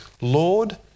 Lord